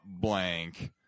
blank